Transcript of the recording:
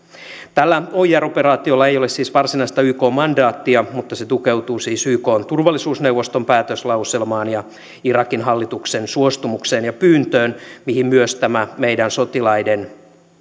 tällä oir operaatiolla ei ole siis varsinaista yk mandaattia mutta se tukeutuu siis ykn turvallisuusneuvoston päätöslauselmaan ja irakin hallituksen suostumukseen ja pyyntöön kuten myös tämä meidän sotilaidemme